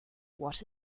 what